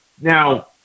Now